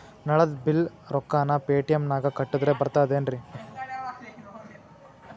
ನಳದ್ ಬಿಲ್ ರೊಕ್ಕನಾ ಪೇಟಿಎಂ ನಾಗ ಕಟ್ಟದ್ರೆ ಬರ್ತಾದೇನ್ರಿ?